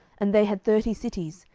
and they had thirty cities,